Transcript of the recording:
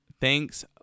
Thanks